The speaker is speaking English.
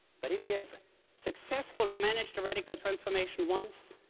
but if you have successfully managed to radical transformation once,